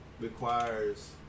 requires